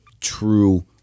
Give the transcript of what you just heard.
true